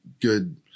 good